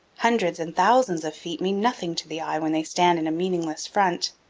hundreds and thousands of feet mean nothing to the eye when they stand in a meaningless front.